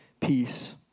peace